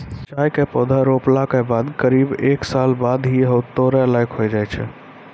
चाय के पौधा रोपला के बाद करीब एक साल बाद ही है तोड़ै लायक होय जाय छै